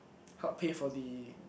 helped pay for the